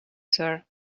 sir